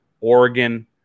Oregon